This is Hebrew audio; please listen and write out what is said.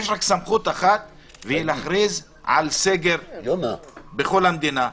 יש רק סמכות אחת והיא להכריז על סגר בכל המדינה.